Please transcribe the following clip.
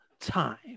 time